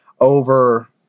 over